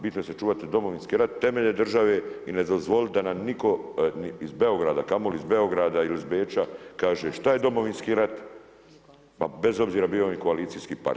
Bitno je sačuvati domovinski rat, temelje države i ne dozvoliti da nam nitko, ni iz Beograda, kamoli iz Beograda ili iz Beča kaže šta je domovinski rat, pa bez obzira bio on i koalicijskih partnera.